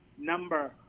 number